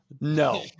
No